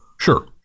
Sure